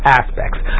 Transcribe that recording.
aspects